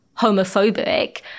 homophobic